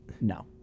No